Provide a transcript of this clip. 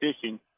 fishing